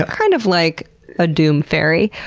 ah kind of like a doom fairy,